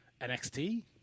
NXT